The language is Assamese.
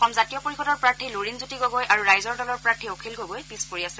অসম জাতীয় পৰিষদৰ প্ৰাৰ্থী লুৰিণজ্যোতি গগৈ আৰু ৰাইজৰ দলৰ প্ৰাৰ্থী অখিল গগৈ পিছ পৰি আছে